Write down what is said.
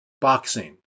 boxing